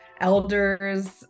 elders